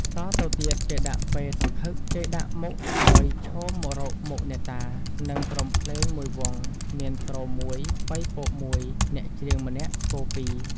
តទៅទៀត គេដាក់ពែសង្ឃឹក គេដាក់មុខឲ្យឈមមករកមុខអ្នកតា និងក្រុមភ្លេង ១វង់ មានទ្រ ១ ប៉ី ពក ១ អ្នកច្រៀងម្នាក់ ស្គរ ២ ។